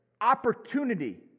opportunity